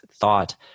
thought